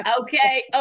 Okay